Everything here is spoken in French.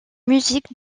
musique